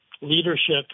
leadership